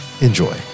enjoy